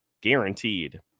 guaranteed